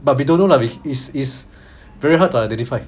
but we don't know lah it's it's it's very hard to identify